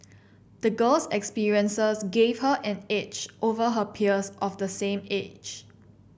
the girl's experiences gave her an edge over her peers of the same age